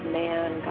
man